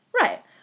Right